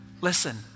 Listen